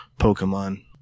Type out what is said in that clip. Pokemon